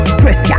press